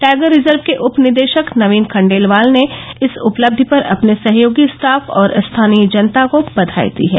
tiger reserve के उप निदेशक नवीन खंडेलवाल ने इस उपलब्धि पर अपने सहयोगी स्टाफ और स्थानीय जनता को बघाई दी है